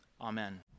Amen